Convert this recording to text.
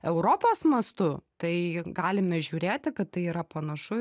europos mastu tai galime žiūrėti kad tai yra panašu